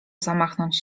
zamachnąć